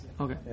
Okay